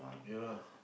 ya lah